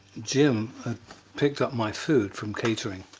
jim picked up my food from catering,